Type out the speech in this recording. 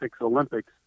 olympics